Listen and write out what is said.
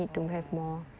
oh